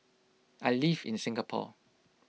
I live in Singapore